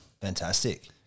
Fantastic